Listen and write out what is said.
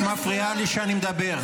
כי את מפריעה לי כשאני מדבר.